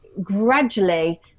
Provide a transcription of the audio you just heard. gradually